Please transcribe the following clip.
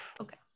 okay